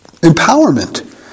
empowerment